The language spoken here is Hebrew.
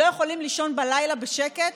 לא יכולים לישון בלילה בשקט